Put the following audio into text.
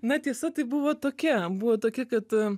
na tiesa tai buvo tokia buvo tokia kad